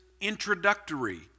introductory